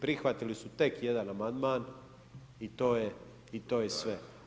Prihvatili su tek jedan amandman i to je sve.